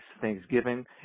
Thanksgiving